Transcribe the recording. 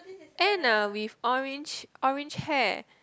Anna with orange orange hair